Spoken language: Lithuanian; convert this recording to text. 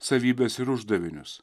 savybes ir uždavinius